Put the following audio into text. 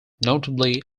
notably